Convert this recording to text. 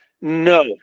No